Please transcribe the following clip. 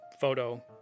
photo